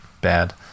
bad